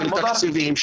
של תקציבים,